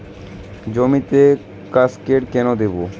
জমিতে কাসকেড কেন দেবো?